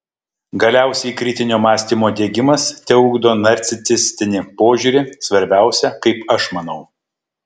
galiausiai kritinio mąstymo diegimas teugdo narcisistinį požiūrį svarbiausia kaip aš manau